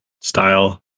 style